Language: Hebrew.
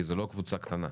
כי זו לא קבוצה קטנה.